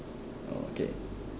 okay